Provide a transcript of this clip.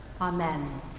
Amen